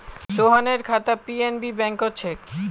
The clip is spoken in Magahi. सोहनेर खाता पी.एन.बी बैंकत छेक